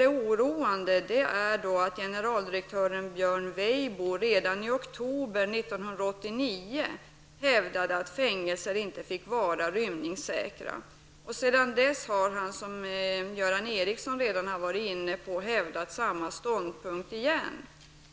det vara oroande att generaldirektör Björn Weibo redan i oktober 1989 hävdade att fängelser inte fick vara rymningssäkra. Sedan dess har han återigen, som Göran Ericsson var inne på, hävdat samma ståndpunkt.